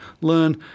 learn